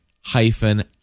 hyphen